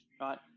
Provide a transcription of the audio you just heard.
right